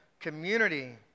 community